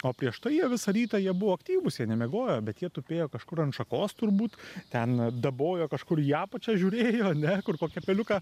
o prieš tai jie visą rytą jie buvo aktyvūs jie nemiegojo bet jie tupėjo kažkur ant šakos turbūt ten dabojo kažkur į apačią žiūrėjo ane kur kokią peliuką